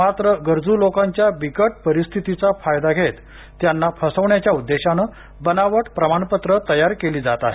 मात्र गरजू लोकांच्या बिकट परिस्थितीचा फायदा घेत त्यांना फसवण्याचा उद्देशाने बनावट प्रमाणपत्र तयार केली जात आहेत